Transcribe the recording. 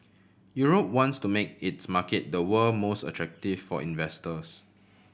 Europe wants to make its market the world most attractive for investors